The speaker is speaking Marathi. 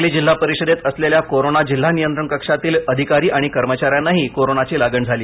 सांगली जिल्हा परिषदेत असलेल्या कोरोना जिल्हा नियंत्रण कक्षातील अधिकारी आणि कर्मचाऱ्यांनाही कोरोनाची लागण झाली